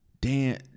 Dan